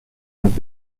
und